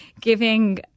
giving